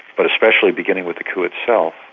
but especially beginning with the coup itself,